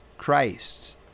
Christ